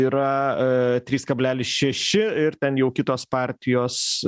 yra trys kablelis šeši ir ten jau kitos partijos